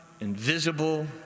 invisible